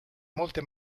molte